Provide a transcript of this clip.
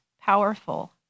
powerful